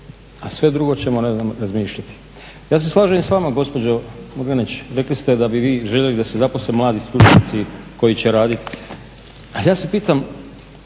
a sve drugo ćemo ne znam razmišljati. Ja se slažem i s vama gospođo Murganić, rekli ste da bi vi željeli da se zaposle mladi stručnjaci koji će raditi, ali ja se pitam,